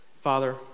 Father